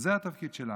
זה התפקיד שלנו.